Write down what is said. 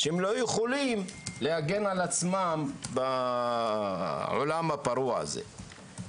שהם לא יכולים להגן על עצמם בעולם הפרוע הזה,